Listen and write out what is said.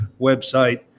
website